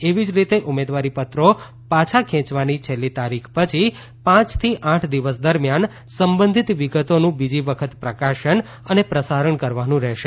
એવી જ રીતે ઉમેદવારીપત્રો પાછા ખેંચવાની છેલ્લી તારીખ પછી પાંચ થી આઠ દિવસ દરમિયાન સંબંધીત વિગતોનું બીજી વખત પ્રકાશન અને પ્રસારણ કરવાનું રહેશે